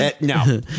no